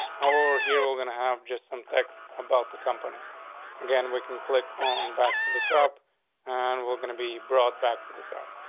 how old are here? we're gonna have just some text about the company again. we can click on back to the top and we're gonna be brought back to the top.